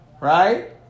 right